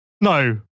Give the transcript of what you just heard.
No